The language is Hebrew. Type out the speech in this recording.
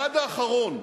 עד האחרון.